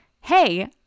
Hey